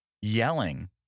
yelling